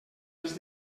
els